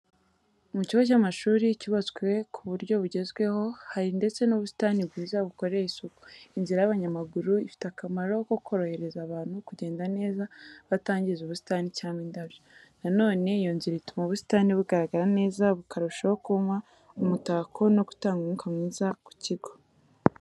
Mu kigo cy'amashuri cyubatswe ku buryo bugezweho, hari ndetse n'ubusitani bwiza bukoreye isuku. Inzira y’abanyamaguru ifite akamaro ko korohereza abantu kugenda neza batangiza ubusitani cyangwa indabyo. Na none iyo nzira ituma ubusitani bugaragara neza bukarushaho kuba umutako no gutanga umwuka mwiza mu kigo.